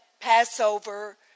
Passover